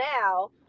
now